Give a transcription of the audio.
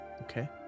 Okay